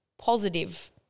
positive